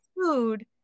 food